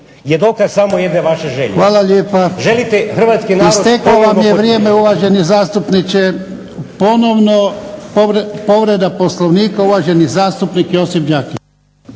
ne razumije./… **Jarnjak, Ivan (HDZ)** Isteklo vam je vrijeme uvaženi zastupniče. Ponovno, povreda Poslovnika, uvaženi zastupnik Josip Đakić.